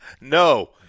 No